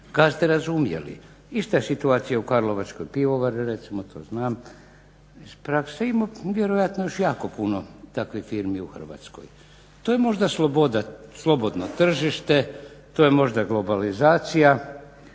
gazde razumjeli. Ista je situacija i u Karlovačkoj pivovari recimo to znam iz prakse. Ima vjerojatno još jako puno takvih firmi u Hrvatskoj. To je možda slobodno tržište, to je možda globalizacija,